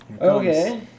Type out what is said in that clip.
Okay